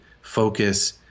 focus